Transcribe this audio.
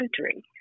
country